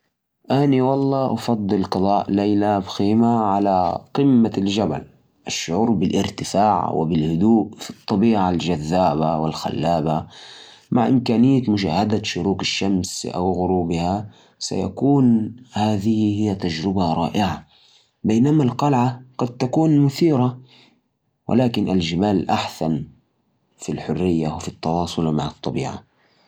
والله أنا أفضل قضاء الليلة في قلعه عتيقه فيه جو تاريخي وحكايات ممتعة وكمان تحس أنك عايش في زمن ثاني في مناظر تكون رائعة وتقدر تستمتع بجو الغموض أما الخيمة على قمة جبل رغم جمال الطبيعة بس فيها تعب ومخاطر وأحب أشوف التاريخ أكثر